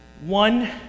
one